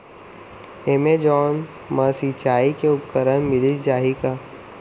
Amazon मा सिंचाई के उपकरण मिलिस जाही का?